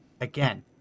again